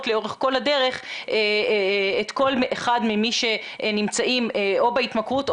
לאורך כל הדרך את כל מאחד מאלה שנמצאים בהתמכרות,